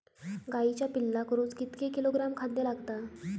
गाईच्या पिल्लाक रोज कितके किलोग्रॅम खाद्य लागता?